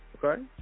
Okay